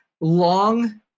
long